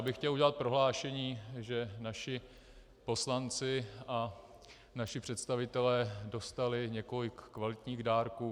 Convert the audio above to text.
Já bych chtěl udělat prohlášení, že naši poslanci a naši představitelé dostali několik kvalitních dárků.